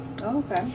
Okay